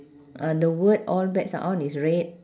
ah the word all bets are on is red